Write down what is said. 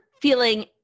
feeling